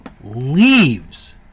leaves